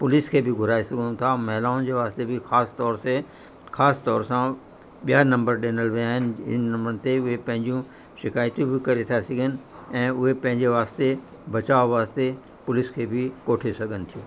police खे बि घुराए सघूं था महिलाउनि जे वास्ते बि ख़ासितौर ते ख़ासितौर सां ॿिया नंबर ॾिनल विया आहिनि इन नंबर ते उहे पंहिंजूं शिकायतूं बि करे था सघनि ऐं उहे पंहिंजे वास्ते बचाव वास्ते पुलिस खे बि कोठे सघनि थियूं